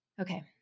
Okay